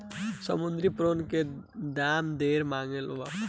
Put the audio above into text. समुंद्री प्रोन के दाम ढेरे महंगा होखेला